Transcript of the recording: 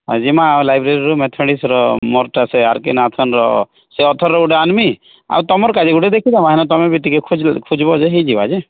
ଆଉ ଜିମା ଆଉ ଲାଇବ୍ରେରୀରୁ ମ୍ୟାଥମେଟିକ୍ସର ମସ୍ତ ସେ ଆର କେ ନାଥଲ ର ସେ ଅଥର ର ଗୁଟେ ଆନମି ଆଉ ତମର କାଜେ ଗୁଟେ ଦେଖି ଦବା ହେନୁ ତମେ ବି ଟିକେ ଖୋଜି ଖୋଜିବ ଯେ ହେଇଯିବା ଯେ